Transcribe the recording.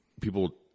people